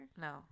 No